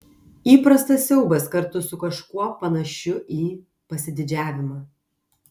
įprastas siaubas kartu su kažkuo panašiu į pasididžiavimą